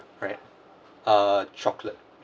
right uh chocolate